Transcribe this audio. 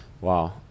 wow